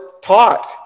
taught